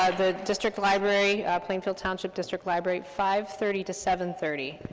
the district library, plainfield township district library, five thirty to seven thirty,